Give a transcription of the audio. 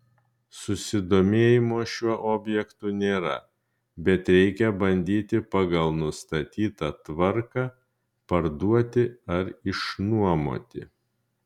susidomėjimo šiuo objektu nėra bet reikia bandyti pagal nustatytą tvarką parduoti ar išnuomoti